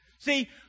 See